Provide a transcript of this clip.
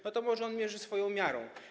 No to może on mierzy swoją miarą.